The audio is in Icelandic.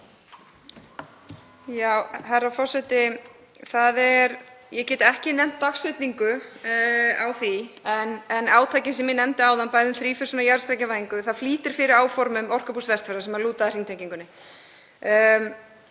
Herra forseti. Ég get ekki nefnt dagsetningu á því en átakið sem ég nefndi áðan, bæði um þrífösun og jarðstrengjavæðingu, flýtir fyrir áformum Orkubús Vestfjarða sem lúta að hringtengingunni.